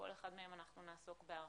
ובכל אחד מהם נעסוק בהרחבה.